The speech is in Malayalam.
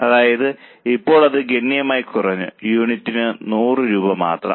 അതായത് ഇപ്പോൾ അത് ഗണ്യമായി കുറഞ്ഞു യൂണിറ്റിന് 100 രൂപ മാത്രം